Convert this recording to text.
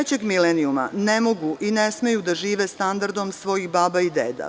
Deca trećeg milenijuma ne mogu i ne smeju da žive standardom svojih baba i deda.